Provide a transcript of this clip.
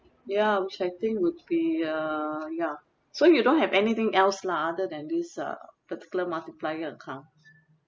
ya which I think would be uh ya so you don't have anything else lah other than this uh particular multiplier account